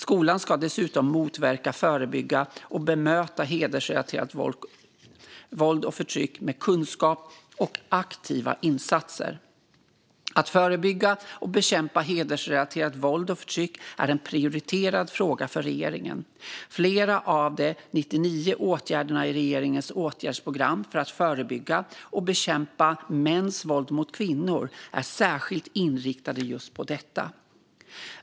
Skolan ska dessutom motverka, förebygga och bemöta hedersrelaterat våld och förtryck med kunskap och aktiva insatser. Att förebygga och bekämpa hedersrelaterat våld och förtryck är en prioriterad fråga för regeringen. Flera av de 99 åtgärderna i regeringens åtgärdsprogram för att förebygga och bekämpa mäns våld mot kvinnor är särskilt inriktade på just detta.